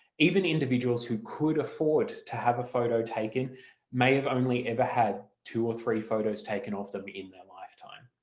even individuals who could afford to have a photo taken may have only ever had two or three photos taken of them in their lifetime.